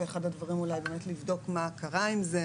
ואחד הדברים שצריך לעשות זה לבדוק מה קרה עם זה,